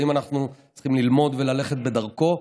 האם אנחנו צריכים ללמוד וללכת בדרכו?